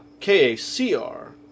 K-A-C-R